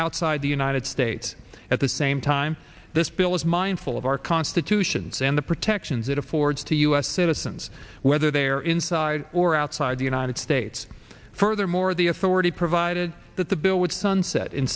outside the united states at the same time this bill is mindful of our constitutions and the protections it affords to u s citizens whether they are inside or outside the united states furthermore the authority provided that the bill would sunset in